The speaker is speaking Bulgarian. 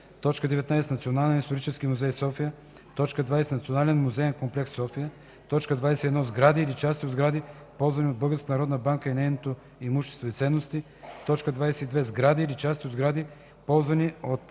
19. Националния исторически музей – София; 20. Националния музеен комплекс – София; 21. Сгради или части от сгради, ползвани от Българска народна банка и нейно имущество и ценности; 22. Сгради или части от сгради, ползвани от